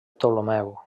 ptolemeu